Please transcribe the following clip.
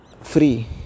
free